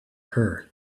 her